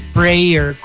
prayer